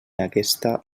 aquesta